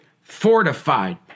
fortified